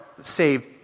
saved